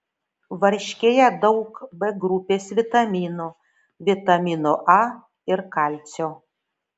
varškėje daug b grupės vitaminų vitamino a ir kalcio